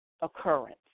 occurrence